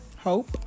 Hope